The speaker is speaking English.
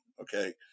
Okay